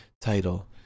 title